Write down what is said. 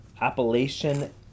appellation